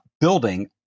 building